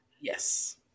Yes